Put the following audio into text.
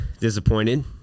Disappointed